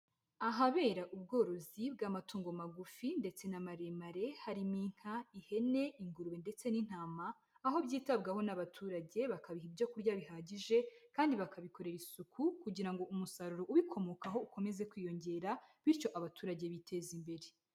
Ahabera ubworozi bw'amatungo magufi ndetse n'amaremare, harimo inka, ihene, ingurube ndetse n'intama, aho byitabwaho n'abaturage bakabiha ibyo kurya bihagije kandi bakabikorera isuku kugira ngo umusaruro ubikomokaho ukomeze kwiyongera bityo abaturage biteza imbere.